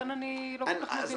לכן אני לא כל כך מבינה